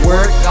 Work